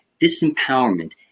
disempowerment